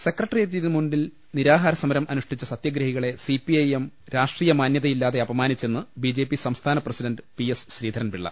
സെക്രട്ടറിയേറ്റിന് മുന്നിൽ നിരാഹാര സമരം അനുഷ്ഠിച്ച സത്യഗ്രഹികളെ സിപിഐഎം രാഷ്ട്രീയ മാന്യതയില്ലാതെ അപമാനിച്ചെന്ന് ബിജെപി സംസ്ഥാന പ്രസിഡന്റ് പി എസ് ശ്രീധരൻപിളള